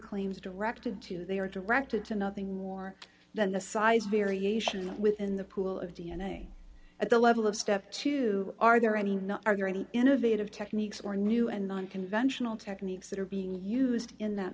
claims directed to you they are directed to nothing more than the size variation within the pool of d n a at the level of step two are there any not argue any innovative techniques or new and non conventional techniques that are being used in that